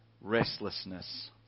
restlessness